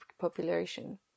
population